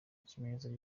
ikimenyetso